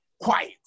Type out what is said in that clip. Quiet